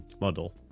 model